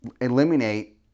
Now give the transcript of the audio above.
eliminate